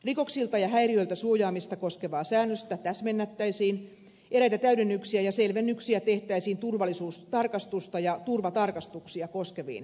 rikoksilta ja häiriöiltä suojaamista koskevaa säännöstä täsmennettäisiin eräitä täydennyksiä ja selvennyksiä tehtäisiin turvallisuustarkastusta ja turvatarkastuksia koskeviin säännöksiin